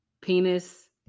penis